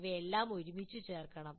ഇത് എല്ലാം ഒരുമിച്ച് ചേർക്കണം